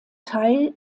teil